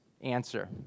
answer